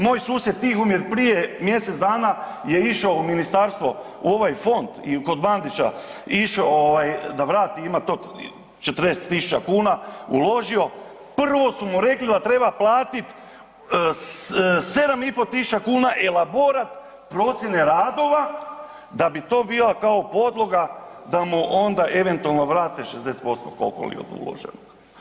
Moj susjed Tihomir prije mjesec dana je išao u ministarstvo u ovaj fond i kod Bandića išo ovaj da vrati, ima to 40.000 kuna uložio, prvo su mu rekli da treba platit 7.500 elaborat procijene radova da bi to bio kao podloga da mu onda eventualno vrate 60% koliko li je od uloženog.